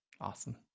awesome